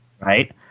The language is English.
Right